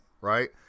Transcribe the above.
right